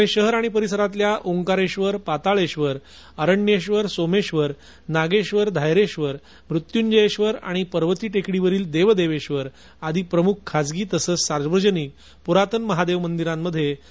पुणे शहर आणि परिसरातल्या ओंकारेश्वर पाताळेश्वर अरण्येश्वर सोमेश्वर नागेश्वर धायरेश्वीर मृत्यूंजयेधर आणि पर्वती टेकडीवरील देवदेवेधार आदी प्रमुख खासगी तसंच सार्वजनिक पुरातन महादेव मंदिरात दर्शनासाठी गर्दी केली होती